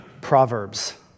Proverbs